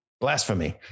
blasphemy